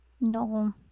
no